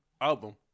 album